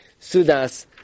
sudas